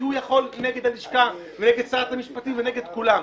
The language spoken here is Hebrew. כי הוא יכול נגד הלשכה ונגד שרת המשפטים ונגד כולם.